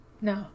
No